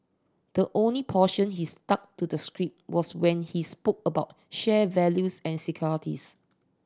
the only portion he stuck to the script was when he spoke about shared values and securities